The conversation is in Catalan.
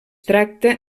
tracta